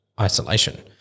isolation